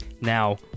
Now